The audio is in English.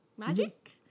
Magic